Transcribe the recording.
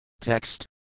Text